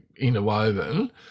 interwoven